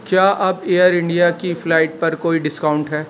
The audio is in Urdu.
کیا اب ایئر انڈیا کی فلائٹ پر کوئی ڈِسکاؤنٹ ہے